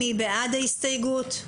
מי בעד ההסתייגות?